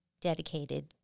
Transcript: dedicated